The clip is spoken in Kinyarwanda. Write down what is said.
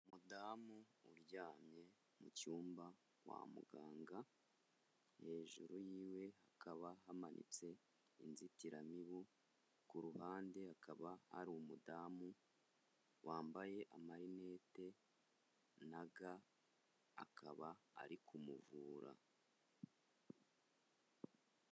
Umudamu uryamye mu cyumba kwa muganga, hejuru yiwe hakaba hamanitse inzitiramibu, ku ruhande hakaba hari umudamu wambaye amarinete na ga, akaba ari kumuvura.